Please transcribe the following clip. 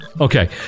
Okay